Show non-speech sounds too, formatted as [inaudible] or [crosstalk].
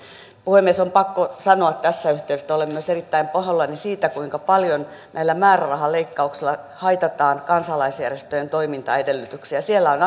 puhemies on pakko sanoa tässä yhteydessä että olen myös erittäin pahoillani siitä kuinka paljon näillä määrärahaleikkauksilla haitataan kansalaisjärjestöjen toimintaedellytyksiä siellä on [unintelligible]